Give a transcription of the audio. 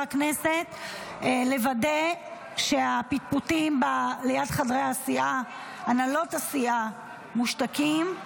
הכנסת לוודא שהפטפוטים ליד הנהלות הסיעה מושתקים.